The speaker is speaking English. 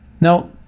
Now